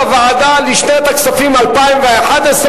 לשנת הכספים 2011,